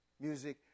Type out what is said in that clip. Music